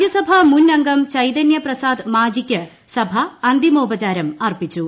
രാജ്യസഭാ മുൻ അംഗം ക്ലൈത്രന്യ പ്രസാദ് മാജി ക്ക് സഭ അന്തിമോപചാരം അർപ്പിച്ചു